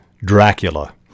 Dracula